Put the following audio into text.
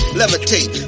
levitate